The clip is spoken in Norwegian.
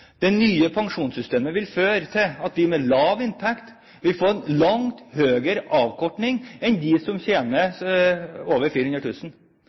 Det nye pensjonssystemet vil føre til at de med lav inntekt vil få en langt større avkorting enn de som tjener over